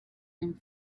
name